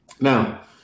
now